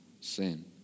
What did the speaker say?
sin